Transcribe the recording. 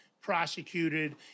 prosecuted